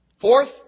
Fourth